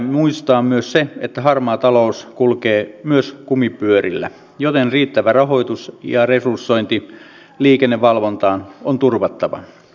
nämä kertovat siitä että eduskunnalle ei ole haluttu antaa oikeaa ja tasapuolista tietoa lainvalmistelusta ja siitä annetuista lausunnoista